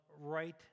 right